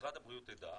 משרד הבריאות ידע.